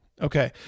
Okay